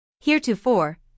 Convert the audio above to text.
Heretofore